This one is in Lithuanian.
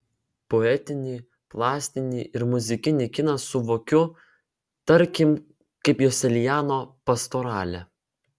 poetinį plastinį ir muzikinį kiną suvokiu tarkim kaip joselianio pastoralę